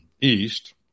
east